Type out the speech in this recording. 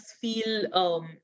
feel